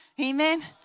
Amen